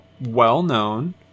well-known